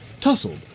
tussled